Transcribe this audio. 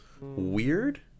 weird